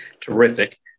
Terrific